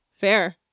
fair